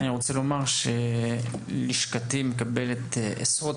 אני רוצה לומר שלשכתי מקבלת עשרות